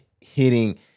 hitting